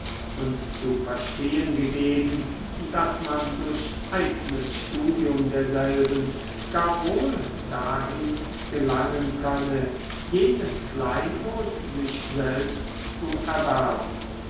und zu verstehen gegeben daß man durch eignes studium derselben gar wohl dahin gelangen könne jenes kleinod sich selbst zu erwerben